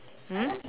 mm